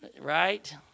Right